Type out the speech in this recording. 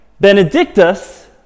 Benedictus